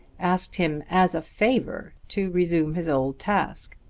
asked him as a favour to resume his old task.